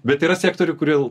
bet yra sektorių kurie